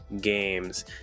games